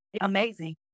Amazing